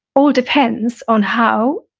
all depends on how,